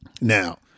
now